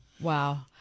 Wow